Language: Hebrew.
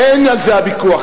אין על זה ויכוח.